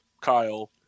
Kyle